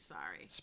Sorry